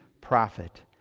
prophet